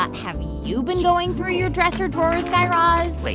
ah have you been going through your dresser drawers, guy raz? like